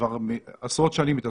אז אני באמת